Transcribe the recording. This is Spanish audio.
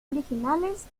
originales